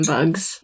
Bugs